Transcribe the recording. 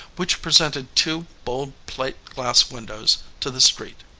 which presented two bold plate-glass windows to the street.